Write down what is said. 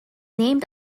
named